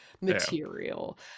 material